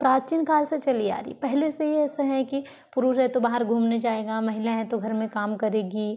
प्राचीन काल से चली आ रही है पहले से ही ऐसा है कि पुरुष है तो बाहर घूमने जाएगा महिला है तो घर में काम करेगी